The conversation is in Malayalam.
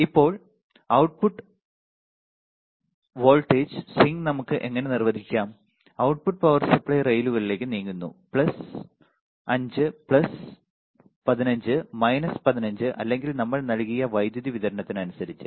ഇപ്പോൾ output വോൾട്ടേജ് സ്വിംഗ് നമുക്ക് എങ്ങനെ നിർവചിക്കാം output പവർ സപ്ലൈ റെയിലുകളിലേക്ക് നീങ്ങുന്നു പ്ലസ് 5 പ്ലസ് 15 മൈനസ് 15 അല്ലെങ്കിൽ നമ്മൾ നൽകിയ വൈദ്യുതി വിതരണത്തന് അനുസരിച്ച്